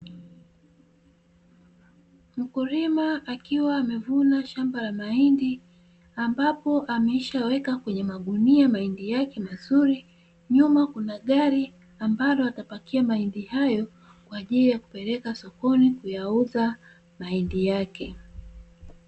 Mkulima ambaye amuvuna zao la mahindi, ambapo ameshaweka kwenye magunia mahindi yake vizuri nyuma kuna gari ambayo hupakia kwa ajili ya kuyapeleka sokoni kuyauza mahindi yake.